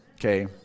okay